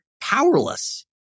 powerless